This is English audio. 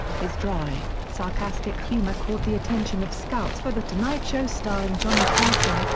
his dry, sarcastic humor caught the attention of scouts for the tonight show starring johnny carson,